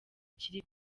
kiri